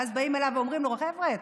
ואז אומרים לו: חבר'ה,